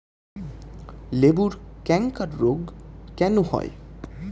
লেবুর ক্যাংকার রোগ কেন হয়?